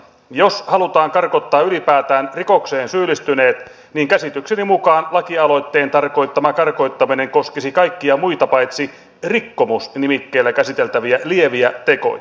jos halutaan karkottaa ylipäätään rikokseen syyllistyneet niin käsitykseni mukaan lakialoitteen tarkoittama karkottaminen koskisi kaikkia muita paitsi rikkomus nimikkeellä käsiteltäviä lieviä tekoja